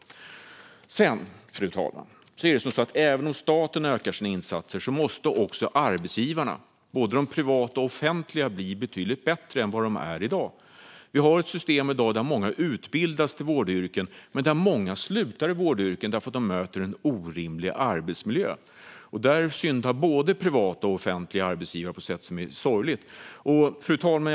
Fru talman! Även om staten ökar sina insatser måste också arbetsgivarna, både de privata och de offentliga, bli betydligt bättre än vad de är i dag. I dag är det många som utbildas till vårdyrken, men många slutar därför att de möter en orimlig arbetsmiljö. Där syndar både privata och offentliga arbetsgivare på ett sätt som är lite sorgligt. Fru talman!